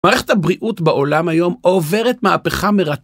מערכת הבריאות בעולם היום עוברת מהפכה מרתקת.